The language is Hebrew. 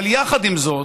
אבל יחד עם זאת,